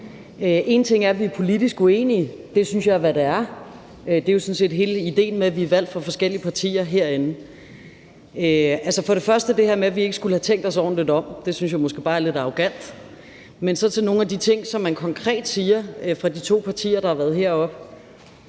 En ting er, at vi er politisk uenige. Det er, hvad det er, og det er sådan set hele idéen med, at vi er valgt for forskellige partier herinde. Først til det her med, at man siger, at vi ikke skulle have tænkt os ordentligt om – det synes jeg måske bare er lidt arrogant. Så til nogle af de ting, som man konkret siger fra de to partiers side, der har været heroppe.